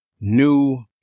new